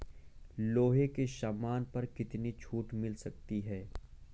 लोहे के सामान पर कितनी छूट मिल सकती है